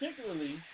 particularly